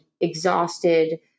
exhausted